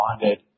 bonded